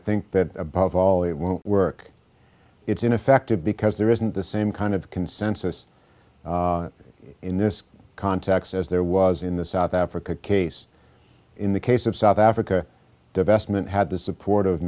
think that above all it won't work it's ineffective because there isn't the same kind of consensus in this context as there was in the south africa case in the case of south africa divestment had the support